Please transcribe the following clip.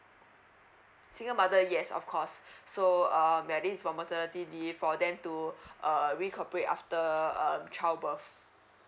single mother yes of course so um maybe for maternity leave for them to err re cooperate after um child birth